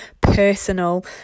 personal